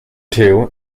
two